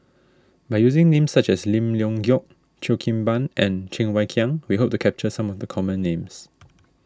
by using names such as Lim Leong Geok Cheo Kim Ban and Cheng Wai Keung we hope to capture some of the common names